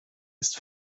ist